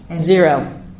Zero